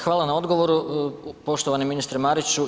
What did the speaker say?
Hvala na odgovoru poštovani ministre Mariću.